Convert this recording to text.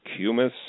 Cumis